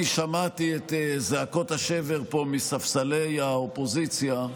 אני שמעתי את זעקות השבר פה מספסלי האופוזיציה,